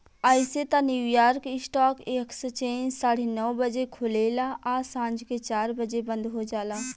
अइसे त New York stock exchange साढ़े नौ बजे खुलेला आ सांझ के चार बजे बंद हो जाला